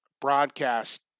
broadcast